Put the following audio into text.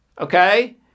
Okay